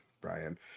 Brian